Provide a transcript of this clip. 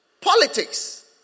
politics